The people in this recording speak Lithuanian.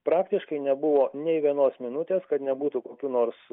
praktiškai nebuvo nė vienos minutės kad nebūtų kokių nors